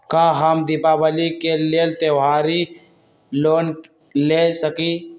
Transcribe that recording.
का हम दीपावली के लेल त्योहारी लोन ले सकई?